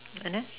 and then